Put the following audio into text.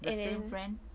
the same friend